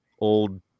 old